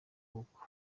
n’uko